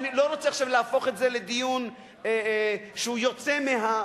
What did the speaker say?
אני לא רוצה עכשיו להפוך את זה לדיון שיוצא מהמגדר,